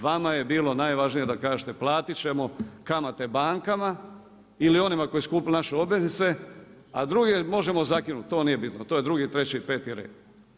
Vama je bilo najvažnije da kažete platit ćemo kamate bankama ili onima koji su kupili naše obveznice, a druge možemo zakinut, to nije bitno, to je drugi, treći, peti red.